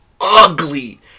ugly